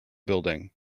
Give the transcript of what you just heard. building